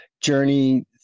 journey